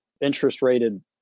interest-rated